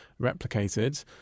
replicated